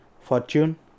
Fortune